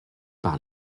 par